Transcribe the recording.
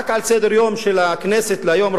רק על סדר-היום של הכנסת היום,